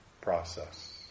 process